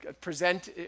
present